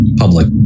public